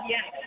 Yes